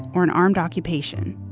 or an armed occupation?